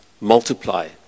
multiply